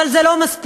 אבל זה לא מספיק.